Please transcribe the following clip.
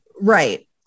Right